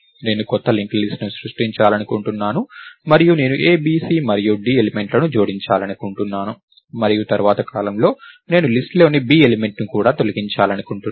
నేను కొత్త linked list ను సృష్టించాలనుకుంటున్నాను మరియు నేను a b c మరియు d ఎలిమెంట్లను జోడించాలనుకుంటున్నాను మరియు తరువాత కాలంలో నేను లిస్ట్ లోని b ఎలిమెంట్ ను కూడా తొలగించాలనుకుంటున్నాను